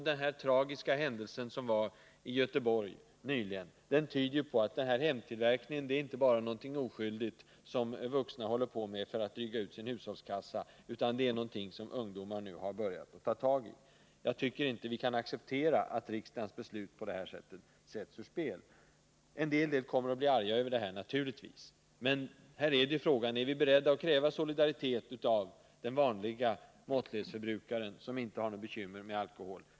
Den tragiska händelsen i Göteborg nyligen tyder på att denna hemtillverkning inte bara är någonting oskyldigt som vuxna håller på med för att dryga ut hushållskassan, utan det är någonting som ungdomar har börjat upptäcka. Vi kan inte acceptera att riksdagens beslut sätts ur spel på detta sätt. En hel del kommer naturligtvis att bli irriterade, men frågan är: Är vi beredda att kräva solidaritet av den vanlige måttlighetsförbrukaren som inte har några bekymmer med alkohol?